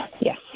Yes